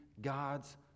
God's